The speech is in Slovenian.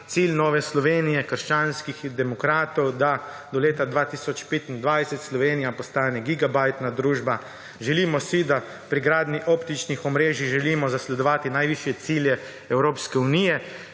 cilj Nove Slovenije - krščanski demokrati, da do leta 2025 Slovenija postane gigabajtna družba. Pri gradnji optičnih omrežij si želimo zasledovati najvišje cilje Evropske unije,